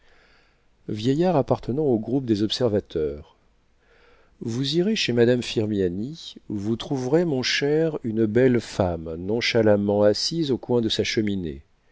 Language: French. vieillard appartenant au genre des observateurs vous irez chez madame firmiani vous trouverez mon cher une belle femme nonchalamment assise au coin de sa cheminée